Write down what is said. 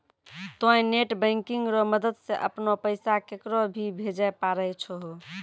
तोंय net banking रो मदद से अपनो पैसा केकरो भी भेजै पारै छहो